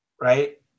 right